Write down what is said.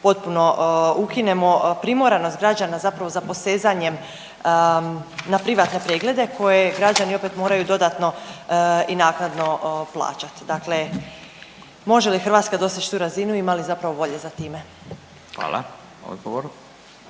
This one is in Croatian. potpuno ukinemo primoranost građana zapravo za posezanjem na privatne preglede koje građani opet moraju dodatno i naknadno plaćati. Dakle, može li Hrvatska doseći tu razinu, ima li zapravo volje za time?